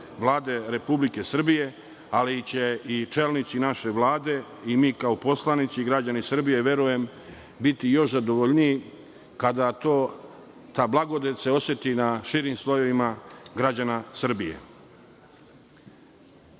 Vlade Republike Srbije, ali će i čelnici naše Vlade i mi kao poslanici i građani Srbije, verujem, biti još zadovoljniji kada se ta blagodet oseti na širim slojevima građana Srbije. Želeo